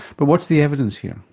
but what's the evidence here?